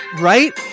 right